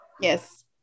Yes